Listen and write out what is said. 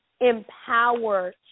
empower